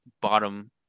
bottom